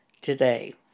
today